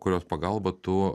kurios pagalba tu